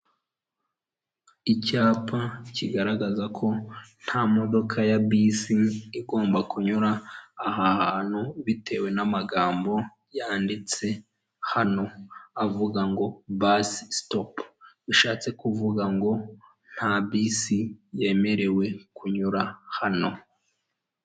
Nta muntu utagira inzozi zo kuba mu nzu nziza kandi yubatse neza iyo nzu iri mu mujyi wa kigali uyishaka ni igihumbi kimwe cy'idolari gusa wishyura buri kwezi maze nawe ukibera ahantu heza hatekanye.